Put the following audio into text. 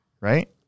Right